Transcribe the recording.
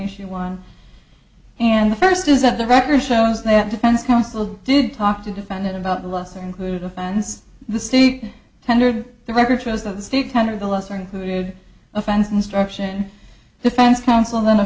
issue one and the first is that the record shows that defense counsel did talk to defendant about the lesser included offense the state tendered the record shows the state kind of the lesser included offense instruction defense counsel